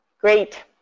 Great